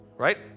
right